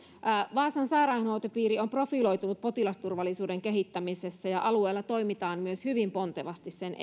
vaasan sairaanhoitopiiri on profiloitunut potilasturvallisuuden kehittämisessä ja alueella myös toimitaan hyvin pontevasti sen